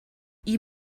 you